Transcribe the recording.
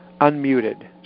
unmuted